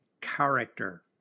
character